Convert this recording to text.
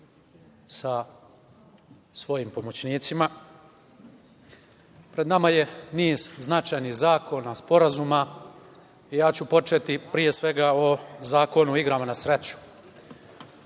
sa svojim pomoćnicima, pred nama je niz značajnih zakona, sporazuma. Ja ću početi, pre svega, o Zakonu o igrama na sreću.O